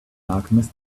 alchemist